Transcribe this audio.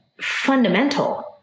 fundamental